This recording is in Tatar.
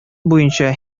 буенча